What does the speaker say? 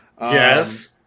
Yes